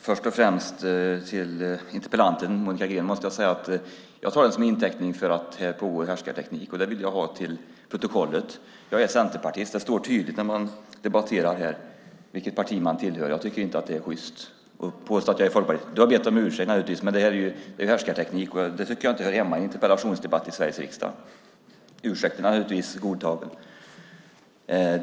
Herr talman! Jag vill börja med att till interpellanten Monica Green säga att jag tar det hon sade som ett uttryck för härskarteknik. Det vill jag få infört i protokollet. Jag är centerpartist. När man debatterar i kammaren framgår det tydligt vilket parti man tillhör. Jag tycker inte att det är sjyst att påstå att jag är folkpartist. Monica Green har möjligtvis bett om ursäkt, men detta handlar om härskarteknik, och det tycker jag inte hör hemma i en interpellationsdebatt i Sveriges riksdag. Ursäkten är naturligtvis godtagen.